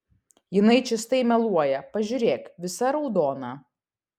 jinai čystai meluoja pažiūrėk visa raudona